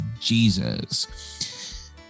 Jesus